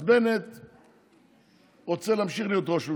אז אם באמת הוא רוצה להמשיך להיות ראש ממשלה,